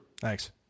Thanks